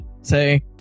say